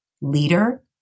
leader